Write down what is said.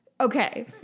okay